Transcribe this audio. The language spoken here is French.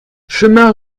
chemin